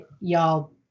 y'all